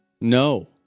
No